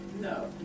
No